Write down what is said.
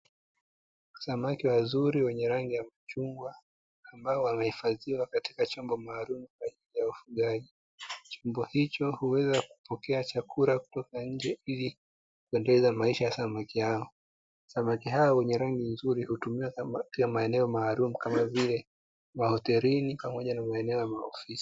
Samaki wazuri wenye rangi ya chungwa ambao wamehifadhiwa katika chombo maalumu cha ufugaji. Chombo hicho huweza kupokea chakula kutoka nje ili kuendeleza maisha ya samaki hao. Samaki hao wenye rangi nzuri hutumika pia katika maeneo maalumu kama vile mahotelini, pamoja na maeneo ya maofisi.